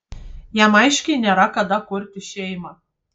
jam aiškiai nėra kada kurti šeimą